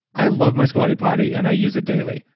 i love my squatty potty and i use it daily,